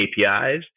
KPIs